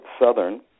Southern